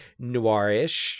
noirish